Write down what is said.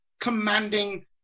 commanding